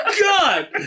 God